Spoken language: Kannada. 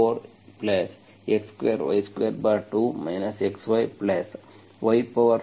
ಈ x44x2y22 xyy44C